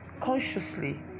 consciously